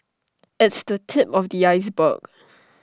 it's the tip of the iceberg